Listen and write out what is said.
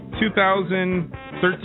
2013